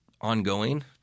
ongoing